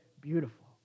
beautiful